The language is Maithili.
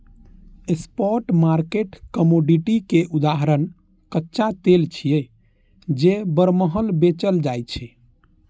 स्पॉट मार्केट कमोडिटी के उदाहरण कच्चा तेल छियै, जे बरमहल बेचल जाइ छै